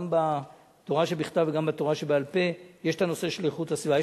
גם בתורה שבכתב וגם בתורה שבעל-פה יש את הנושא של איכות הסביבה.